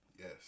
Yes